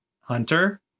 Hunter